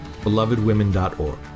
belovedwomen.org